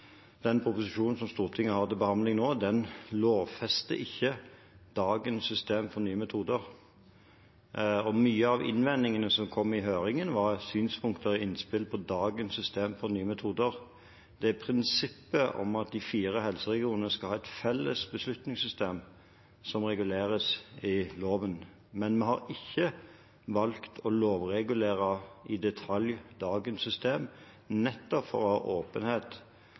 den proposisjonen som Stortinget har til behandling nå, ikke lovfester dagens system for nye metoder. Mange av innvendingene som kom i høringen, var synspunkter og innspill på dagens system for nye metoder. Det er prinsippet om at de fire helseregionene skal ha et felles beslutningssystem som reguleres i loven. Vi har valgt ikke å lovregulere i detalj dagens system, nettopp for å